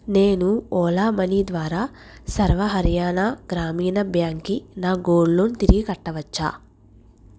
నేను ఓలా మనీ ద్వారా సర్వ హర్యానా గ్రామీణ బ్యాంక్కి నా గోల్డ్ లోన్ తిరిగి కట్టవచ్చా